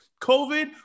COVID